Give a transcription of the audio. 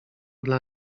dla